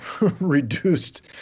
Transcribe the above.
reduced